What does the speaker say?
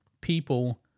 people